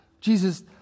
Jesus